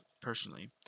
Personally